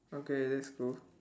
okay that's cool